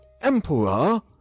Emperor